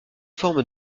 forme